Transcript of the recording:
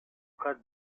cas